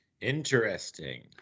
Interesting